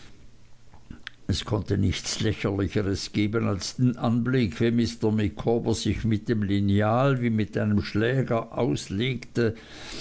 es konnte nichts lächerlicheres geben als den anblick wie mr micawber sich mit dem lineal wie mit einem schläger auslegte